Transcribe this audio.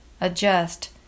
adjust